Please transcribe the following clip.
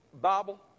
Bible